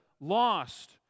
lost